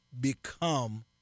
become